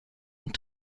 und